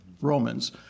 Romans